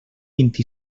vint